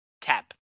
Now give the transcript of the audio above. tap